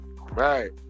Right